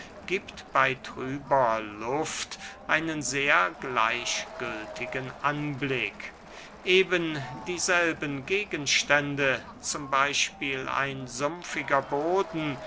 giebt bey trüber luft einen sehr gleichgültigen anblick eben dieselben gegenstände z b ein sumpfiger boden